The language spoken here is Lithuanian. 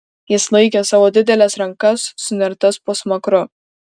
jis laikė savo dideles rankas sunertas po smakru